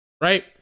right